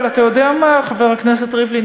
אבל אתה יודע מה, חבר הכנסת ריבלין?